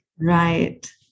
right